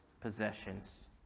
possessions